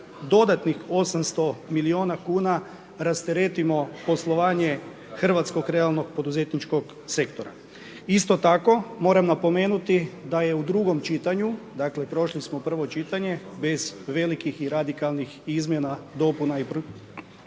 dodatnih 800 milijuna kuna rasteretimo poslovanje hrvatskog realnog poduzetničkog sektora. Isto tako moram napomenuti da je u drugom čitanju, dakle prošli smo drugo čitanje bez velikih i radikalnih izmjena, dopuna i promjena,